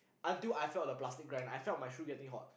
until I felt the plastic grind I felt my shoe getting hot